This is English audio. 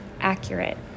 accurate